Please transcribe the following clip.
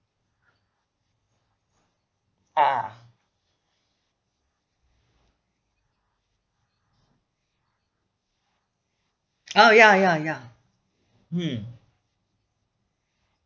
ah oh ya ya ya hmm